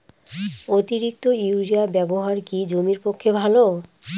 অতিরিক্ত ইউরিয়া ব্যবহার কি জমির পক্ষে ভালো?